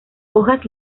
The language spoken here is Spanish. hojas